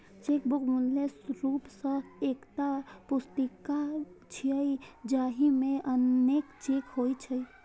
chequebook मूल रूप सं एकटा पुस्तिका छियै, जाहि मे अनेक चेक होइ छै